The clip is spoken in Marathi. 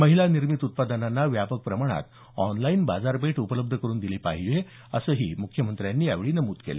महिलानिर्मित उत्पादनांना व्यापक प्रमाणात ऑनलाईन बाजारपेठ उपलब्ध करुन दिली पाहिजे असंही मुख्यमंत्र्यांनी यावेळी नमूद केल